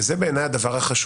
וזהו הדבר החשוב,